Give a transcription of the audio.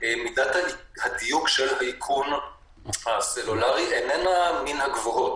והוא שמידת הדיוק של האיכון הסלולארי איננה מהגבוהות.